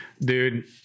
Dude